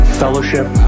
fellowship